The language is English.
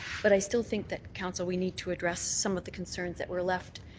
but i still think that council, we need to address some of the concerns that were left